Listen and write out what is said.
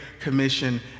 Commission